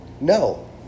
No